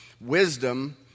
wisdom